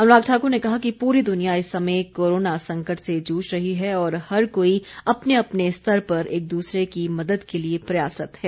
अनुराग ठाकुर ने कहा कि पूरी दुनिया इस समय कोरोना संकट से जूझ रही है और हर कोई अपने अपने स्तर पर एक दूसरे की मदद के लिए प्रयासरत्त है